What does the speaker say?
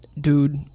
dude